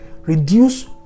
reduce